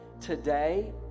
today